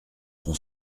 qu’on